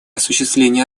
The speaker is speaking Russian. осуществлении